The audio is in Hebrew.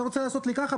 אתה רוצה לעשות לי ככה?